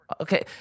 Okay